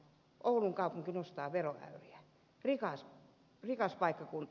oulun kaupunki nostaa veroäyriä rikas paikkakunta